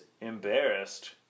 embarrassed